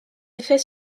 effets